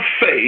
faith